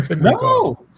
no